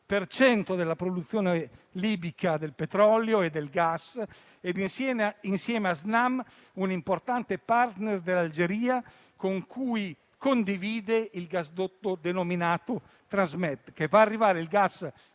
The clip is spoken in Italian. per cento della produzione libica di petrolio e di gas e, insieme a Snam, è un importante *partner* dell'Algeria, con cui condivide il gasdotto denominato Transmed, che fa arrivare il gas